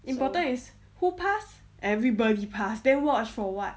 important is who pass everybody pass then watch for what